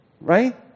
Right